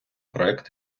проект